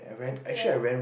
ya